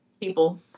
people